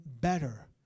better